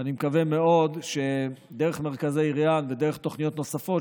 ואני מקווה מאוד שדרך מרכזי ריאן ודרך תוכניות נוספות,